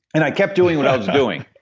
and i kept doing what i was doing,